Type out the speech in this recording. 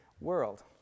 world